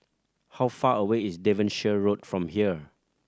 how far away is Devonshire Road from here